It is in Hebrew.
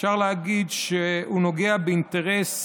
אפשר להגיד שהוא נוגע באינטרס